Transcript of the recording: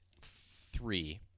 three